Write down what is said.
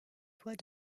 doit